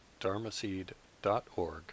dharmaseed.org